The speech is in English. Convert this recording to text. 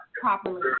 properly